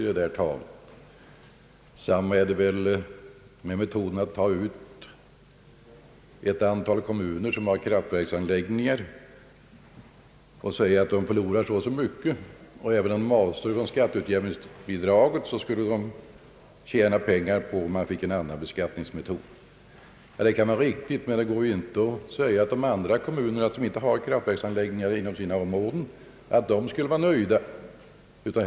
Detsamma gäller väl sättet att ta ut ett antal kommuner som har kraftverksanläggningar och säga att de förlorar så och så mycket och att de, även om de skulle avstå från skatteutjämningsbidraget, skulle tjäna pengar på en annan beskattningsmetod. Det kan visserligen i och för sig vara riktigt, men det går inte att säga att andra kommuner, som inte har sådana anläggningar inom sitt område, skulle vara nöjda med en sådan ordning.